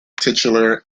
titular